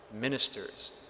ministers